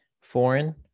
foreign